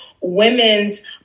women's